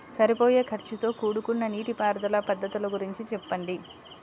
సరిపోయే ఖర్చుతో కూడుకున్న నీటిపారుదల పద్ధతుల గురించి చెప్పండి?